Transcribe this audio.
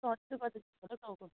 झट्झट गर्दैछ होला हौ टाउको